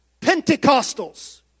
Pentecostals